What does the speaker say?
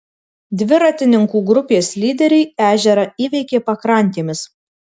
dviratininkų grupės lyderiai ežerą įveikė pakrantėmis